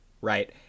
right